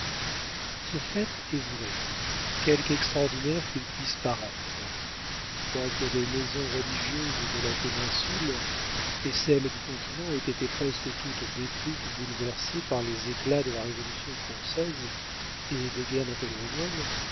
ce fait est vrai quelque extraordinaire qu'il puisse paraître quoique les maisons religieuses de la péninsule et celles du continent aient été presque toutes détruites ou bouleversées par les éclats de la révolution française et des guerres